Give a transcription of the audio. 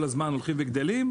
כל הזמן הולכים וגדלים,